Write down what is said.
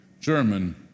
German